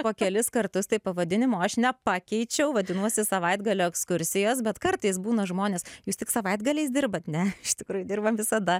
po kelis kartus tai pavadinimo aš nepakeičiau vadinuosi savaitgalio ekskursijos bet kartais būna žmonės jūs tik savaitgaliais dirbat ne iš tikrųjų dirbam visada